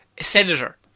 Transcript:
senator